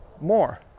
more